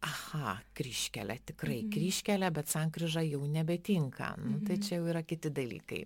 aha kryžkelė tikrai kryžkelė bet sankryža jau nebetinka nu tai čia jau yra kiti dalykai